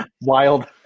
Wild